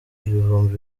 ibihumbi